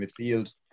midfield